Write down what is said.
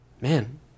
Man